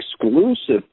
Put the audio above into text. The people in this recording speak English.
exclusive